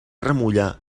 remullar